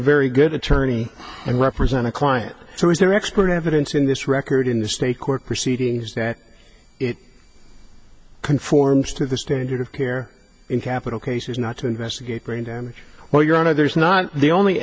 very good attorney and represent a client who is their expert evidence in this record in the state court proceedings that it conforms to the standard of care in capital cases not to investigate brain damage well your honor there is not the only